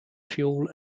fuel